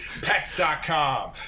Pex.com